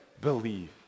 believe